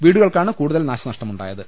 വീടു കൾക്കാണ് കൂടുതൽ നാശനഷ്ടമുണ്ടായത്